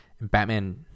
Batman